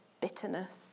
bitterness